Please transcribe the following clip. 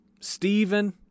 Stephen